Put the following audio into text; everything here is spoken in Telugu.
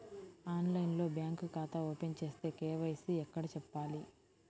ఆన్లైన్లో బ్యాంకు ఖాతా ఓపెన్ చేస్తే, కే.వై.సి ఎక్కడ చెప్పాలి?